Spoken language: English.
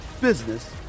business